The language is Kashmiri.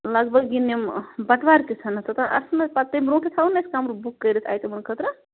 لَگ بَگ یِن یِم بَٹہٕ وار کِتھ تہٕ اَتھ ما پتہٕ تَمہِ برٛونٛٹھٕے تھاوَو نا أسۍ کَمرٕ بُک کٔرِتھ اَتہِ یِمَن خٲطرٕ